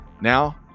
Now